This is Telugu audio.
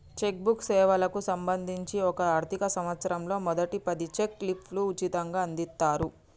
చెక్ బుక్ సేవలకు సంబంధించి ఒక ఆర్థిక సంవత్సరంలో మొదటి పది చెక్ లీఫ్లు ఉచితంగ అందిత్తరు